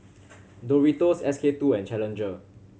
Doritos S K Two and Challenger